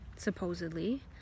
supposedly